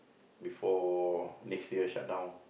before next year shut down